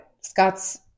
scott's